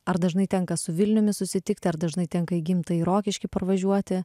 ar dažnai tenka su vilniumi susitikt ar dažnai tenka į gimtąjį rokiškį parvažiuoti